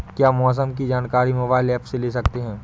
क्या मौसम की जानकारी मोबाइल ऐप से ले सकते हैं?